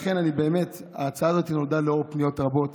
לכן, ההצעה הזאת נולדה באמת לאור פניות רבות,